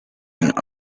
and